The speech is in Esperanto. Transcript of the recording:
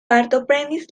partoprenis